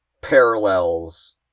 parallels